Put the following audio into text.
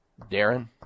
Darren